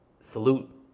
Salute